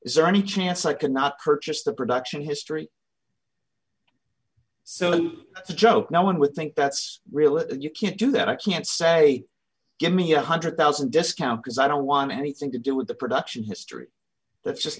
is there any chance i cannot purchase the production history so the joke no one would think that's really you can't do that i can't say gimme a one hundred thousand discount because i don't want anything to do with the production history that's just